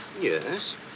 Yes